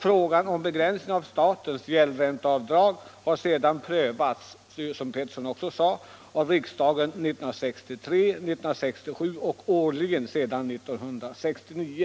Frågan om begränsning av statens gäldränteavdrag har, såsom herr Petersson också sade, behandlats av riksdagen 1963, 1967 och årligen sedan 1969.